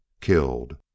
killed